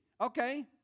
Okay